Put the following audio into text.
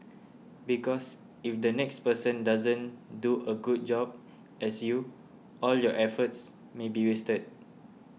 because if the next person doesn't do a good job as you all your efforts may be wasted